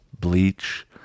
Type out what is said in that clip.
bleach